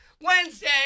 Wednesday